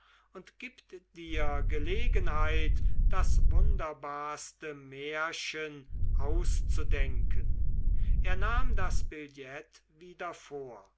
und gibt dir gelegenheit das wunderbarste märchen auszudenken er nahm das billett wieder vor